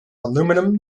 aluminum